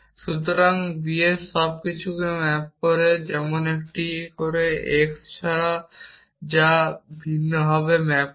সুতরাং b সব কিছুকে ম্যাপ করে যেমন একটি করে এক্স ছাড়া যা এটি ভিন্নভাবে ম্যাপ করে